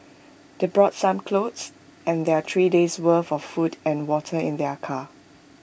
they brought some clothes and their three days' worth for food and water in their car